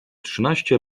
trzynaście